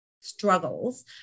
struggles